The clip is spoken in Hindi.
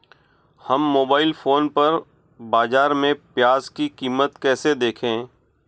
हम मोबाइल फोन पर बाज़ार में प्याज़ की कीमत कैसे देखें?